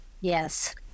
Yes